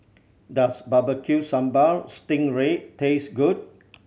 does Barbecue Sambal sting ray taste good